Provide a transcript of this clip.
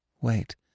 Wait